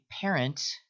parent